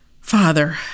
Father